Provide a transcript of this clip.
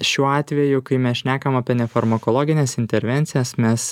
šiuo atveju kai mes šnekam apie nefarmakologines intervencijas mes